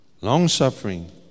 long-suffering